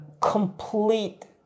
complete